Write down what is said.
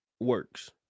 works